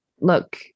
look